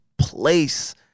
place